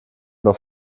doch